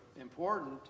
important